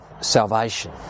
salvation